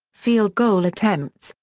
field goal attempts,